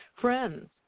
friends